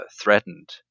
threatened